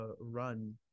run